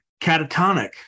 catatonic